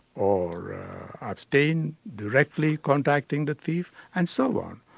or abstain directly contacting the thief, and so on.